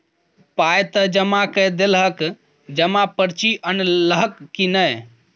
पाय त जमा कए देलहक जमा पर्ची अनलहक की नै